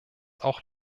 auch